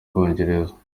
bwongereza